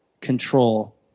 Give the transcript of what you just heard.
control